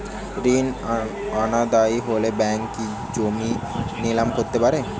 ঋণ অনাদায়ি হলে ব্যাঙ্ক কি জমি নিলাম করতে পারে?